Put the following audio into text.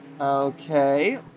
Okay